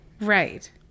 Right